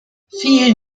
vielen